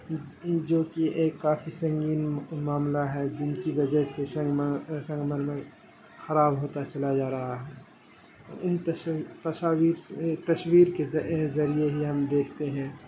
جو کہ ایک کافی سنگین معاملہ ہے جن کی وجہ سے سنگ مرمر خراب ہوتا چلا جا رہا ہے ان تصاویر تصویر کے ذریعے ہی ہم دیکھتے ہیں